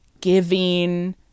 giving